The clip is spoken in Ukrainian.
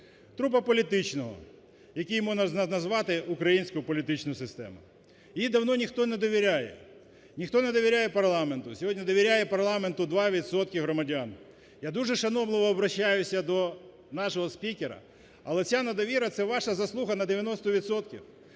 Трупа політичного, яким можна назвати українську політичну систему. Їй давно ніхто не довіряє. Ніхто не довіряє парламенту. Сьогодні довіряє парламенту 2 відсотки громадян. Я дуже шанобливо обращаюся до нашого спікера, але ця недовіра – це ваша заслуга на 90